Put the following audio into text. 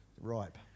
Ripe